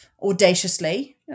audaciously